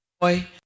boy